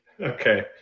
Okay